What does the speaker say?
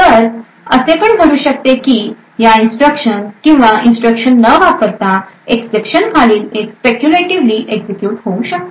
तर असे पण घडू शकते की या इन्स्ट्रक्शन किंवा इन्स्ट्रक्शन न वापरता एक्सेप्शन खालील स्पेक्युलेटीवली एक्झिक्युट होऊ शकतात